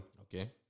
Okay